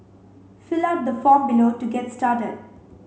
fill out the form below to get started